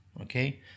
okay